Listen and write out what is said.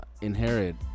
inherit